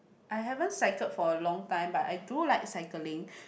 I haven't cycled for a long time but I do like cycling